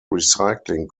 recycling